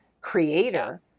creator